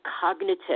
cognitive